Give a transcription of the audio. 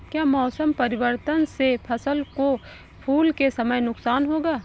क्या मौसम परिवर्तन से फसल को फूल के समय नुकसान होगा?